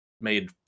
Made